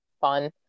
fun